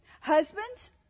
Husbands